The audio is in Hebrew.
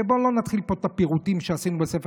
בואו לא נתחיל פה את הפירוטים שעשינו בספר